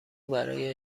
برای